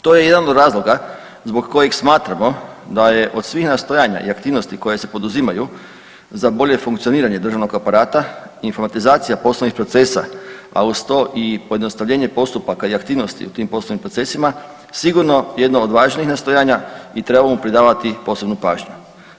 To je jedan od razloga zbog kojeg smatramo da je od svih nastojanja i aktivnosti koje se poduzimaju za bolje funkcioniranje državnog aparata informatizacija poslovnih procesa a uz to i pojednostavljenje postupaka i aktivnosti u tim poslovnim procesima sigurno jedno od važnijih nastojanja i treba mu pridavati posebnu pažnju.